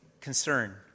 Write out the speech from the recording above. concern